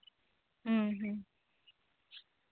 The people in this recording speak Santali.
ᱦᱩᱸ ᱦᱩᱸ